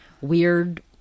weird